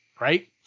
right